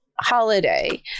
Holiday